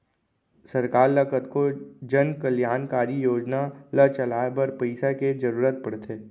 सरकार ल कतको जनकल्यानकारी योजना ल चलाए बर पइसा के जरुरत पड़थे